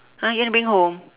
!huh! you want to bring home